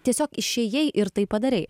tiesiog išėjai ir tai padarei